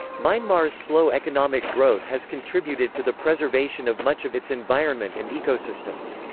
myanmar's slow economic growth has contributed to the preservation of much of its environment and ecosystems.